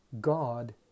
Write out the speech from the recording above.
God